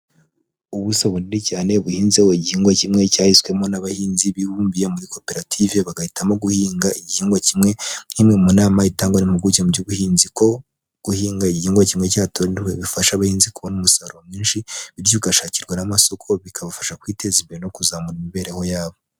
Ubuso bunini cyane buhinzemo igihingwa kimwe, cyahiswemo n'abahinzi bibumbiye muri koperative, bagahitamo guhinga igihingwa kimwe, nk'imwe mu nama itangwa n'impupuguke mu by'ubuhinzi, ko guhinga igihigwa kimwe cyatowe, bifasha abahinzi kubona umusaruro mwinshi. Btyo ugashakirwa n'amasoko bikabafasha kwiteza imbere no kuzamura imibereho yabo.